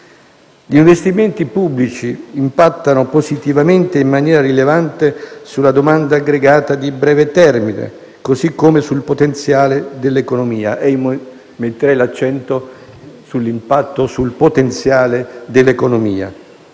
Gli investimenti pubblici impattano positivamente e in maniera rilevante sulla domanda aggregata di breve termine, così come sul potenziale dell'economia, e metterei l'accento sull'impatto che ha sul potenziale dell'economia.